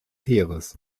heeres